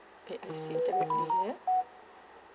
okay I see area